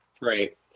Right